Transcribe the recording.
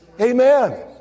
Amen